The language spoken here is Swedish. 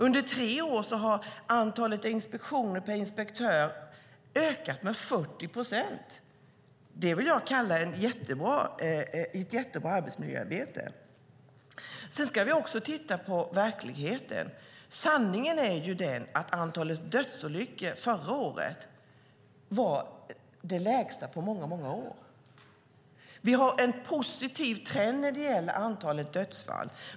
Under tre år har antalet inspektioner per inspektör ökat med 40 procent. Det vill jag kalla ett jättebra arbetsmiljöarbete. Vi ska också titta på verkligheten. Sanningen är den att antalet dödsolyckor förra året var det lägsta på många år. Vi har en positiv trend när det gäller antalet dödsfall.